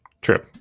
True